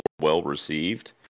well-received